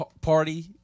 party